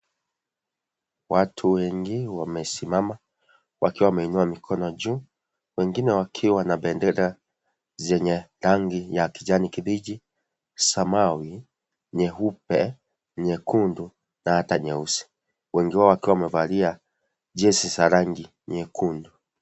Watu wengi wamesimama wakiwa wameinua mikono juu wengine wakiwa na bendera zenye rangi ya kijani kibichi, samawi, nyeupe, nyekundu na ata nyeusi, wengi wao wakiwa wamevalia jezi za rangi nyekundu.